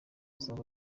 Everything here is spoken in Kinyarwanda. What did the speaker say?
azaba